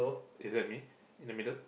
is that me in the middle